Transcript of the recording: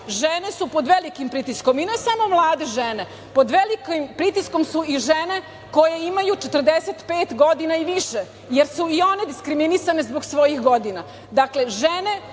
Žene su pod velikim pritiskom i ne samo mlade žene. Pod velikim pritiskom su i žene koje ima 45 godina i više jer su i one diskriminisane zbog svojih godina. Dakle, žene